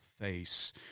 face